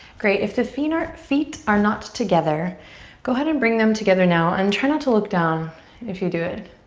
great, if the feet are feet are not together go ahead and bring them together now and try not to look down if you do it.